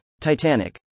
Titanic